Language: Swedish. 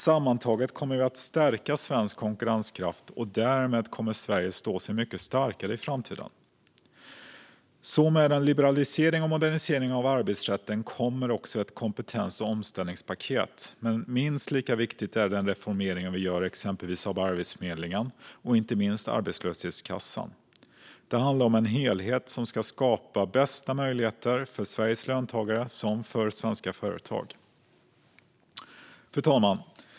Sammantaget kommer vi att stärka svensk konkurrenskraft, och därmed kommer Sverige att stå sig mycket starkare i framtiden. Så med en liberalisering och modernisering av arbetsrätten kommer också ett kompetens och omställningspaket. Men minst lika viktig är den reformering vi gör av exempelvis Arbetsförmedlingen och arbetslöshetskassan. Det handlar om en helhet som ska skapa de bästa möjligheterna för såväl Sveriges löntagare som svenska företag. Fru talman!